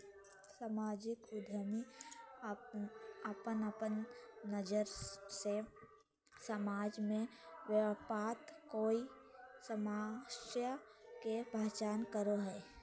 सामाजिक उद्यमी अपन अपन नज़र से समाज में व्याप्त कोय समस्या के पहचान करो हइ